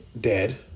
dead